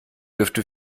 dürfte